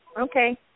Okay